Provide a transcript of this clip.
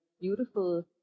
beautiful